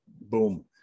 boom